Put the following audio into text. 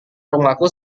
rumahku